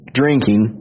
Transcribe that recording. drinking